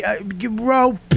bro